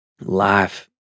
life